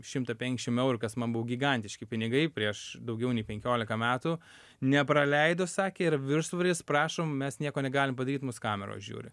šimtą penkešim eurų kas man buvo gigantiški pinigai prieš daugiau nei penkiolika metų nepraleido sakė yra viršsvoris prašom mes nieko negalim padaryt mus kameros žiūri